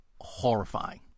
horrifying